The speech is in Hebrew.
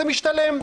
זה משתלם.